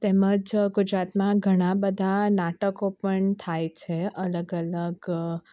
તેમજ ગુજરાતમાં ઘણા બધા નાટકો પણ થાય છે અલગ અલગ